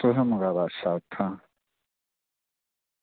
तुसें मंगाए दा अच्छा इत्थां